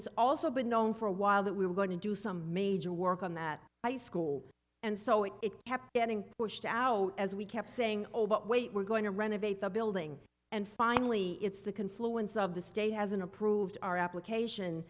it's also been known for a while that we were going to do some major work on that high school and so it kept getting pushed out as we kept saying oh but wait we're going to renovate the building and finally it's the confluence of the state hasn't approved our application